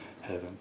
heaven